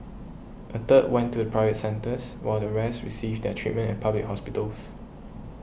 a third went to private centres while the rest received their treatment at public hospitals